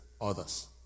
others